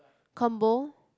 combo